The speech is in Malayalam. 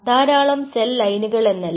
ധാരാളം സെൽ ലൈനുകൾ എന്നല്ല